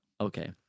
Okay